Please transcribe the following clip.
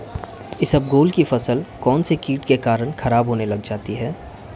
इसबगोल की फसल कौनसे कीट के कारण खराब होने लग जाती है?